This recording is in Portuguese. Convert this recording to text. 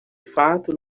fato